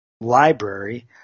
library